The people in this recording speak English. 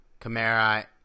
Kamara